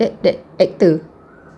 that that actor